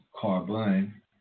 carbon